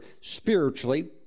spiritually